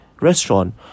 restaurant